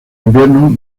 invierno